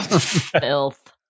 Filth